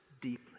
deeply